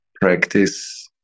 practice